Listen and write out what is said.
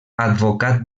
advocat